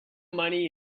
money